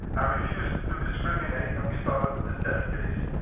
i refused to discriminate and we started the test case.